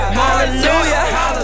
hallelujah